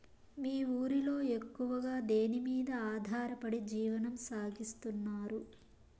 మీ ఊరిలో ఎక్కువగా దేనిమీద ఆధారపడి జీవనం సాగిస్తున్నారు?